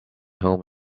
home